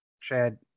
Chad